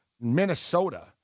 Minnesota